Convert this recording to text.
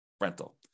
rental